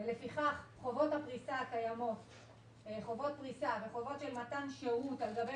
חובות הפריסה הקיימות והחובות של מתן שירות על גבי